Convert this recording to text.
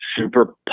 super